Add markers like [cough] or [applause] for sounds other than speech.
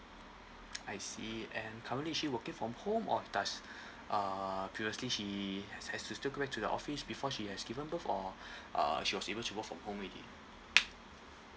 I see and currently she working from home or does [breath] uh previously she has has to still go back to the office before she has given birth or [breath] she was able to work from home already